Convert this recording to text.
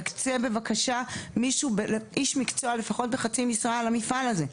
יקצה בבקשה איש מקצוע לפחות בחצי משרה למפעל הזה,